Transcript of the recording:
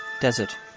Desert